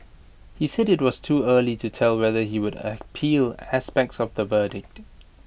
he said IT was too early to tell whether he would appeal aspects of the verdict